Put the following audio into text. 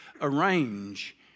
arrange